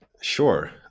sure